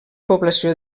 població